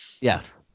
Yes